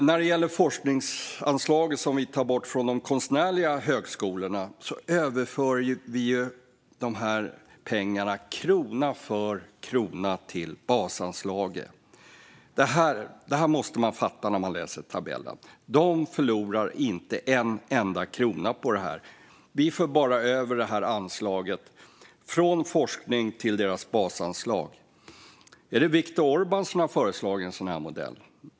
När det gäller det forskningsanslag som vi tar bort från de konstnärliga högskolorna överför vi dessa pengar krona för krona till basanslaget. Detta måste man fatta när man läser tabellen. De förlorar inte en enda krona på detta. Vi för bara över anslaget från forskningen till deras basanslag. Är det Victor Orbán som har föreslagit en sådan här modell?